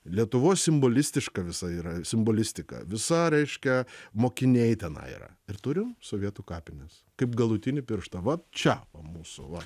lietuvos simbolistiška visa yra simbolistika visa reiškia mokiniai tenai yra ir turim sovietų kapines kaip galutinį pirštą va čia o mūsų va